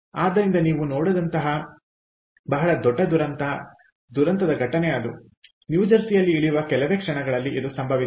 ಆದ್ದರಿಂದ ನೀವು ನೋಡಿದಂತಹ ಬಹಳ ದೊಡ್ಡ ದುರಂತ ಘಟನೆ ಅದು ನ್ಯೂಜೆರ್ಸಿಯಲ್ಲಿ ಇಳಿಯುವ ಕೆಲವೇ ಕ್ಷಣಗಳಲ್ಲಿ ಸಂಭವಿಸಿದೆ